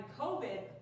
COVID